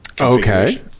Okay